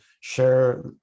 share